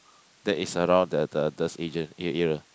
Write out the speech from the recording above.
that is around the the the Asian area